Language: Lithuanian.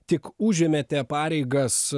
tik užėmėte pareigas